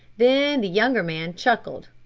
then the younger man chuckled.